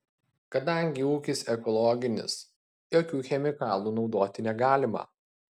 kadangi ūkis ekologinis jokių chemikalų naudoti negalima